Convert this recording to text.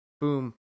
boom